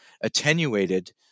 attenuated